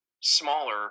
smaller